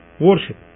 worship